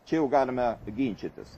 čia jau galime ginčytis